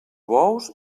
bous